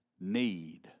need